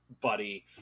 buddy